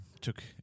took